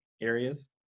areas